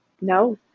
No